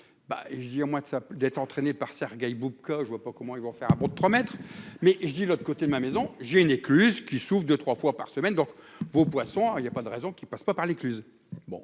dit au moins de ça d'être entraînée par Sergueï Boubka je ne vois pas comment ils vont faire un bond de 3 mètres mais je dis l'autre côté de ma maison, j'ai une écluse qui souffrent de 3 fois par semaine, donc vos poissons, il y a pas de raison qu'il passe pas par l'écluse, bon,